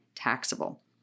taxable